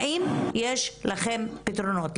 האם יש לכם פתרונות?